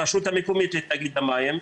הרשות המקומית לתאגיד המים,